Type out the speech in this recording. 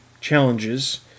challenges